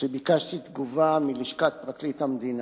שביקשתי תגובה מלשכת פרקליט המדינה,